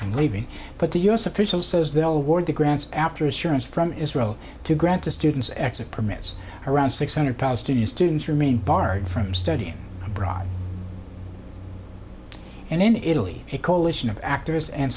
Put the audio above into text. from leaving but the u s official says the award the grants after assurance from israel to grant to students exit permits around six hundred palestinian students remain barred from studying abroad and in italy a coalition of actors and